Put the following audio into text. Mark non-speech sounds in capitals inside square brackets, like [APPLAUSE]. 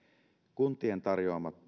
kuntien tarjoamat [UNINTELLIGIBLE]